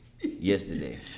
yesterday